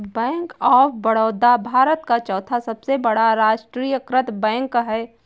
bank of Baroda Bharat का चौथा सबसे बड़ा राष्ट्रीयकृत बैंक है